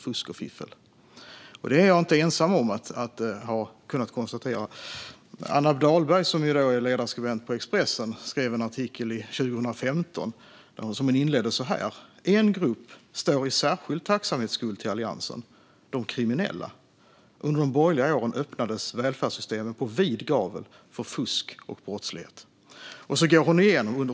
Detta är jag inte ensam om att ha konstaterat, utan Anna Dahlberg, som är ledarskribent på Expressen, skrev en krönika 2015 som hon inledde så här: "En grupp står i särskild tacksamhetsskuld till alliansen - de kriminella. Under de borgerliga åren öppnades välfärdssystem på vid gavel för fusk och brottslighet."